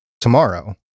tomorrow